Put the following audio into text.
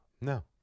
No